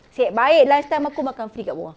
nasib baik lunch time aku makan free kat bawah